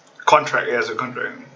contract it has a contract